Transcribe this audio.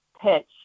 pitch